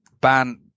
Ban